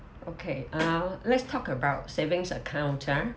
okay uh let's talk about savings account ah